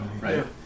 Right